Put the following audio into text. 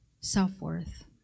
self-worth